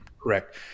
Correct